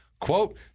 Quote